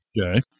Okay